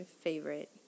favorite